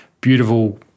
beautiful